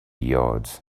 yards